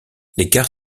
l’écart